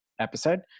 episode